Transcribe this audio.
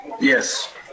yes